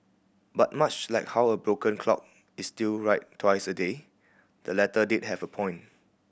but much like how a broken clock is still right twice a day the letter did have a point